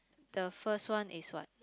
the first one is what